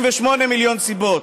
ו-28 מיליון סיבות,